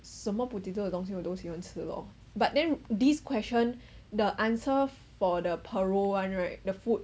什么 potato 的东西我都喜欢吃 lor but then this question the answer for the parole one right the food